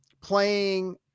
playing